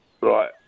Right